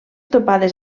topades